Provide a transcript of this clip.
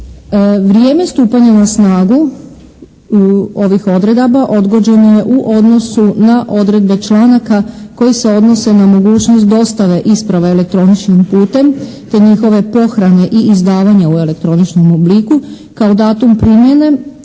Vrijeme stupanja na snagu ovih odredaba odgođeno je u odnosu na odredbe članaka koji se odnose na mogućnost dostave isprava elektroničnim putem te njihove pohrane i izdavanja u elektroničnom obliku. Kao datum primjene